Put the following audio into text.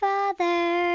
Father